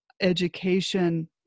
education